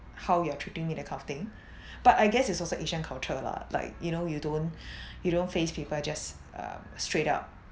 how you're treating me that kind of thing but I guess it's also asian culture lah like you know you don't you don't face people just uh straight up